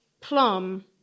plum